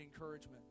encouragement